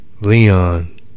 Leon